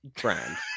brand